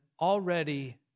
already